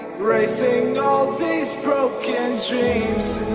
racing these broken dreams